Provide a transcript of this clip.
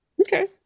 Okay